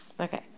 Okay